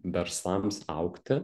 verslams augti